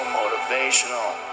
motivational